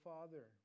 Father